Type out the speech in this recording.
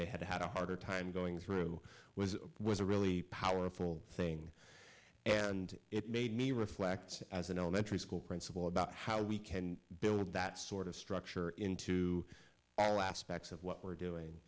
they had had a harder time going through was was a really powerful thing and it made me reflect as an elementary school principal about how we can build that sort of structure into all aspects of what we're doing